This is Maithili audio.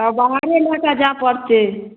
आब बाहरे लऽ कऽ जाइ पड़तै